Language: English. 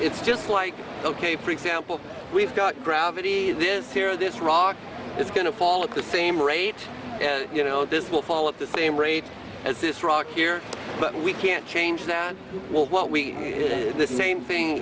it's just like ok for example we've got gravity this here this rock is going to fall at the same rate you know this will fall at the same rate as this rock here but we can't change that what we the same thing